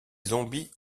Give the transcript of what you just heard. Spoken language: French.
zombies